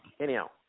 Anyhow